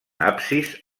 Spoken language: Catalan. absis